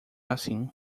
assim